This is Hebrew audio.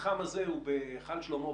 המתחם הזה הוא בהיכל שלמה,